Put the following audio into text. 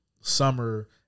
summer